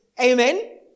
Amen